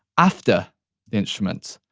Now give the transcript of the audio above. after instruments.